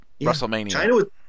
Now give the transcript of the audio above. WrestleMania